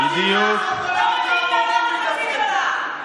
ואמר ביום כיפור,